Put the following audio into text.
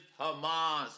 Hamas